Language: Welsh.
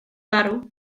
farw